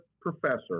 professor